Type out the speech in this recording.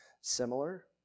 similar